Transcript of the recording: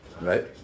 Right